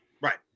Right